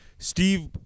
Steve